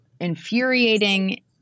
infuriating